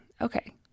okay